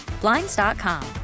Blinds.com